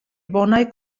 bonaj